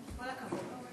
כל הכבוד.